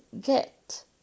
get